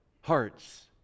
hearts